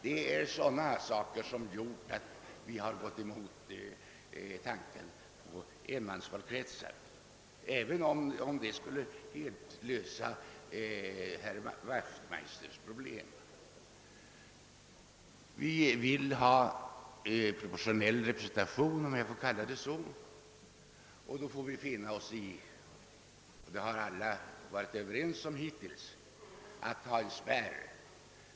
Det är sådana saker som har gjort att vi har gått ifrån tanken på enmansvalkretsar, även om ett sådant system skulle lösa herr Wachtmeisters problem. Vi vill ha proportionell representation, och då får vi finna oss i — det har alla varit överens om hittills — att ha en spärr.